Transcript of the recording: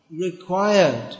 required